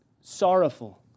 sorrowful